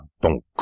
donc